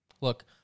Look